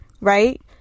Right